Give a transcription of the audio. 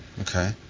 Okay